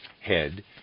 head